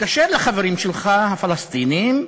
תתקשר לחברים שלך הפלסטינים,